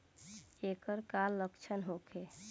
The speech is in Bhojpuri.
ऐकर का लक्षण होखे?